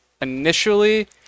initially